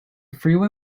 freeway